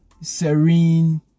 serene